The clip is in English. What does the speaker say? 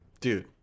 Dude